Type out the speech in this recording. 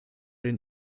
den